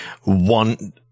one